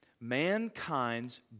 Mankind's